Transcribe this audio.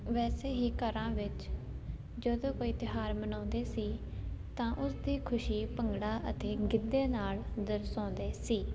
ਵੈਸੇ ਹੀ ਘਰਾਂ ਵਿਚ ਜਦੋਂ ਕੋਈ ਤਿਉਹਾਰ ਮਨਾਉਂਦੇ ਸੀ ਤਾਂ ਉਸਦੀ ਖੁਸ਼ੀ ਭੰਗੜਾ ਅਤੇ ਗਿੱਧੇ ਨਾਲ ਦਰਸਾਉਂਦੇ ਸੀ